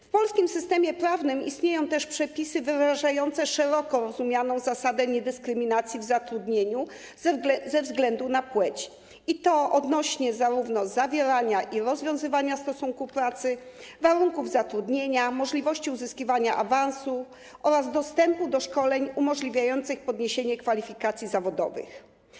W polskim systemie prawnym istnieją też przepisy wyrażające szeroko rozumianą zasadę niedyskryminacji w zatrudnieniu ze względu na płeć, i to zarówno odnośnie do zawierania i rozwiązywania stosunku pracy, jak również do warunków zatrudnienia, możliwości uzyskiwania awansu oraz dostępu do szkoleń umożliwiających podniesienie kwalifikacji zawodowych.